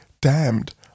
damned